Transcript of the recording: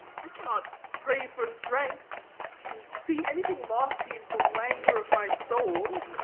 i cannot pray for strength and see anything lofty in the languor of my soul.